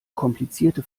komplizierte